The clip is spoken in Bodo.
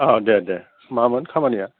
दे दे मामोन खामानिया